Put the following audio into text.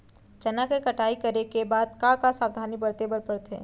चना के कटाई करे के बाद का का सावधानी बरते बर परथे?